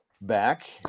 back